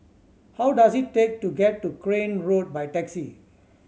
how does it take to get to Crane Road by taxi